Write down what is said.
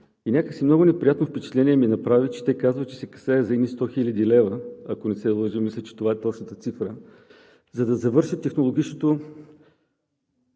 Някак си много неприятно впечатление ми направи, че те казват, че се касае за едни 100 хил. лв., ако не се лъжа, мисля, че това е точната цифра, за да завършат технологичното